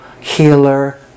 healer